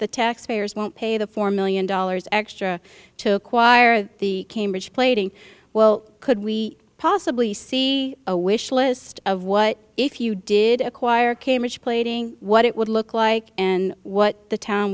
the taxpayers won't pay the four million dollars extra to acquire the cambridge plaiting well could we possibly see a wishlist of what if you did acquire cambridge plating what it would look like and what the town